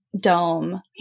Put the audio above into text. dome